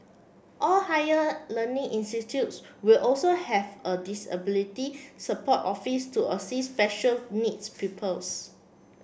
all higher learning institutes will also have a disability support office to assist special needs pupils